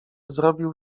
zrobił